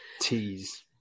tease